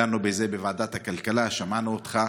דנו בזה בוועדת הכלכלה, שמענו אותך,